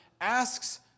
asks